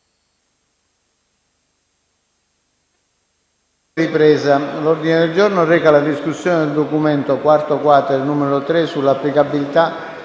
Grazie,